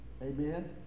Amen